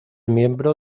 miembro